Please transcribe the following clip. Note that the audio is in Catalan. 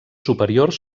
superiors